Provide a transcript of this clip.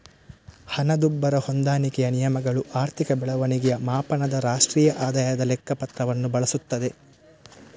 ಹಣದುಬ್ಬರ ಹೊಂದಾಣಿಕೆಯ ನಿಯಮಗಳು ಆರ್ಥಿಕ ಬೆಳವಣಿಗೆಯ ಮಾಪನದ ರಾಷ್ಟ್ರೀಯ ಆದಾಯದ ಲೆಕ್ಕ ಪತ್ರವನ್ನು ಬಳಸುತ್ತದೆ